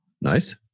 Nice